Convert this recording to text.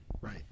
Right